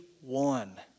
one